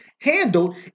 handled